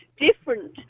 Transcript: Different